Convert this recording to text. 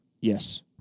yes